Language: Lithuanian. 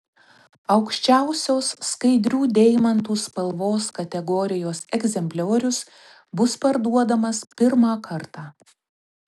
aukščiausios skaidrių deimantų spalvos kategorijos egzempliorius bus parduodamas pirmą kartą